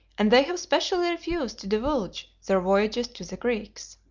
and they have specially refused to divulge their voyages to the greeks.